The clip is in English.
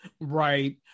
right